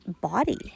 body